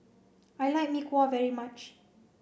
I like Mee Kuah very much